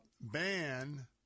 ban